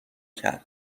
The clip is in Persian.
کرد